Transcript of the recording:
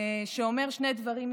שאומר שני דברים עיקריים.